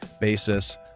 basis